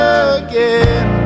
again